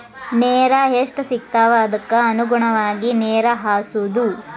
ನೇರ ಎಷ್ಟ ಸಿಗತಾವ ಅದಕ್ಕ ಅನುಗುಣವಾಗಿ ನೇರ ಹಾಸುದು